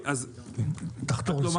תחתור לסיום.